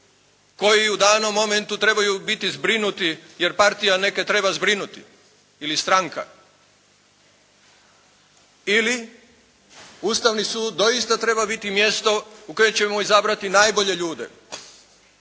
koji u danom momentu trebaju biti zbrinuti jer partija neke treba zbrinuti ili stranka. Ili Ustavni sud doista treba biti mjesto u koje ćemo izabrati najbolje ljude.